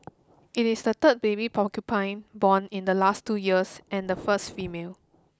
it is the third baby porcupine born in the last two years and the first female